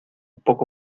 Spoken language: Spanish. poco